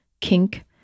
kink